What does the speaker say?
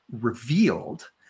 revealed